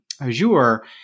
Azure